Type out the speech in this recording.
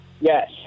yes